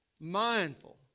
mindful